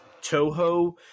Toho